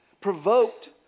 Provoked